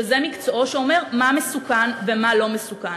שזה מקצועו, שאומר מה מסוכן ומה לא מסוכן.